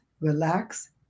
relax